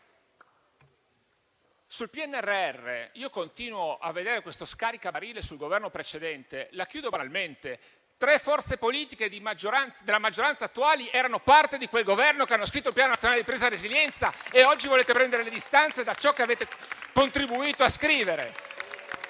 il PNRR continuo a vedere uno scaricabarile sul Governo precedente. La chiudo banalmente: tre forze politiche della maggioranza attuale erano parte di quel Governo che ha scritto il Piano nazionale di ripresa e resilienza, e oggi volete prendere le distanze da ciò che avete contribuito a scrivere!